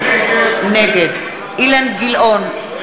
נגד אילן גילאון,